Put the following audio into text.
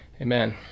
Amen